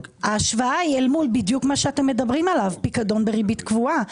ההשוואה היא בדיוק אל מול מה שאתם מדברים עליו פיקדון בריבית קבועה.